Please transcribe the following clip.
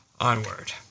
onward